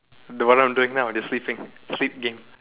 do what I am doing now just sleeping sleep game